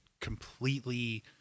completely